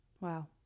Wow